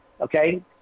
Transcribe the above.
Okay